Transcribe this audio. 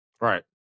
Right